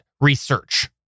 research